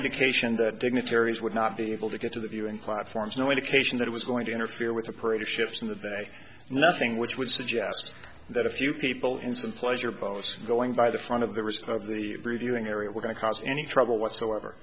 indication that dignitaries would not be able to get to the viewing platforms no indication that it was going to interfere with the parade of ships in the bay and nothing which would suggest that a few people in some pleasure boats going by the front of the rest of the reviewing area were going to cause any trouble whatsoever